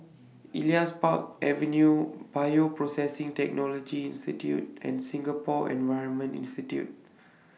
Elias Park Avenue Bioprocessing Technology Institute and Singapore Environment Institute